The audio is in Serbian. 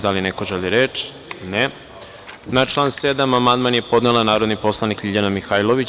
Da li neko želi reč? (Ne.) Na član 7. amandman je podnela narodni poslanik Ljiljana Mihajlović.